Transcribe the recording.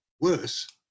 worse